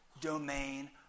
domain